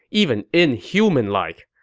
even inhuman-like.